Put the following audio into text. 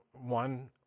one